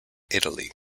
italy